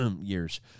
years